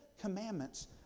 commandments